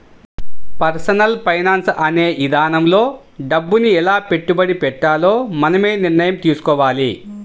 personal finance అనే ఇదానంలో డబ్బుని ఎలా పెట్టుబడి పెట్టాలో మనమే నిర్ణయం తీసుకోవాలి